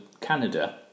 Canada